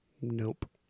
Nope